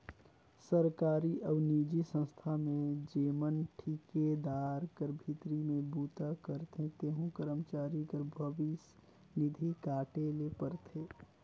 सरकारी अउ निजी संस्था में जेमन ठिकादार कर भीतरी में बूता करथे तेहू करमचारी कर भविस निधि काटे ले परथे